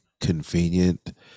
convenient